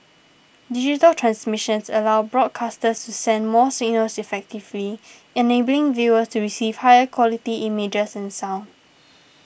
digital transmissions allow broadcasters to send more signals efficiently enabling viewers to receive higher quality images and sound